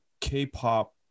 K-pop